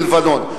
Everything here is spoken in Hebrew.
בלבנון.